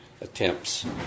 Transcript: attempts